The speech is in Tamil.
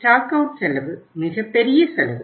எனவே ஸ்டாக் அவுட் செலவு மிகப் பெரிய செலவு